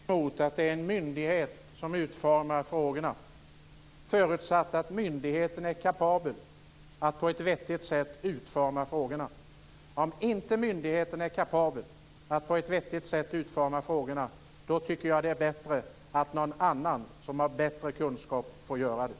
Fru talman! Jag har inget emot att det är en myndighet som utformar frågorna, förutsatt att myndigheten är kapabel att på ett vettigt sätt formulera dem. Om inte myndigheten är det, då är det bättre att någon annan som har större kunskaper får göra det.